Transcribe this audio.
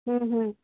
ও হু